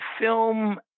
film